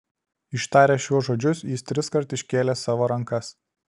ištaręs šiuos žodžius jis triskart iškėlė savo rankas